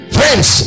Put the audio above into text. friends